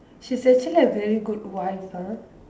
she's actually a very good wife ah